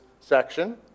section